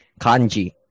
kanji